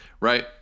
Right